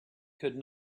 could